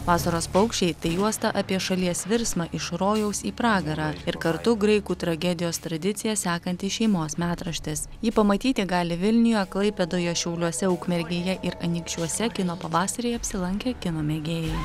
vasaros paukščiai tai juosta apie šalies virsmą iš rojaus į pragarą ir kartu graikų tragedijos tradiciją sekantis šeimos metraštis jį pamatyti gali vilniuje klaipėdoje šiauliuose ukmergėje ir anykščiuose kino pavasaryje apsilankę kino mėgėjai